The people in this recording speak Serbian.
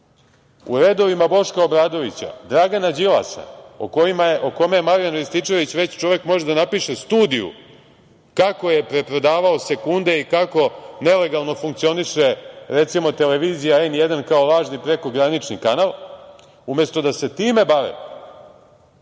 u redovima Boška Obradovića, Dragana Đilasa, o kome Marijan Rističević može da napiše studiju kako je preprodavao sekunde i kako nelegalno funkcioniše, recimo, televizija N1 kao lažni prekogranični kanal, umesto da se time bave